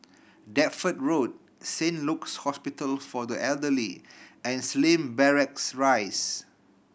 Deptford Road Saint Luke's Hospital for the Elderly and Slim Barracks Rise